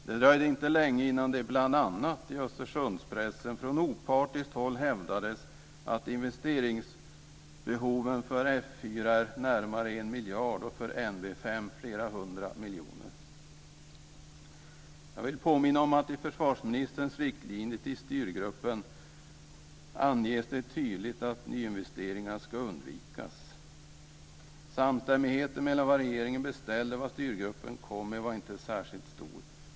Det dröjde inte länge innan det bl.a. i Östersundspressen från opartiskt håll hävdades att investeringsbehoven för F 4 är närmare 1 miljard och för Jag vill påminna om att i försvarsministerns riktlinjer till styrgruppen anges tydligt att nyinvesteringar ska undvikas. Samstämmigheten mellan vad regeringen beställde och vad styrgruppen kom med var inte särskilt stor.